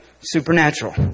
supernatural